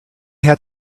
had